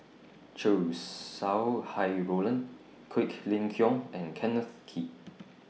Chow Sau Hai Roland Quek Ling Kiong and Kenneth Kee